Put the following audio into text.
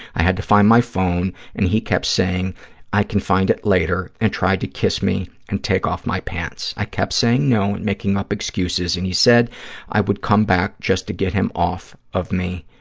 i had to find my phone, and he kept saying i can find it later and tried to kiss me and take off my pants. i kept saying no and making up excuses, and he said i would come back just to get him off of me,